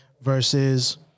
versus